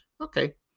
Okay